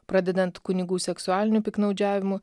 pradedant kunigų seksualiniu piktnaudžiavimu